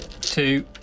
Two